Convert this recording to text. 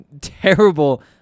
terrible